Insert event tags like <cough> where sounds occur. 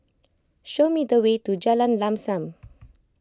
show me the way to Jalan Lam Sam <noise>